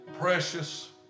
precious